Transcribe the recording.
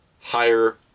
higher